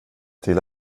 till